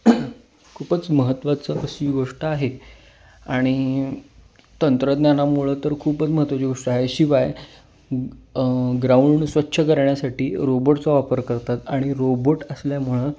खूपच महत्त्वाचं अशी गोष्ट आहे आणि तंत्रज्ञानामुळं तर खूपच महत्त्वाची गोष्ट आहे शिवाय ग्राउंड स्वच्छ करण्यासाठी रोबोटचा वापर करतात आणि रोबोट असल्यामुळं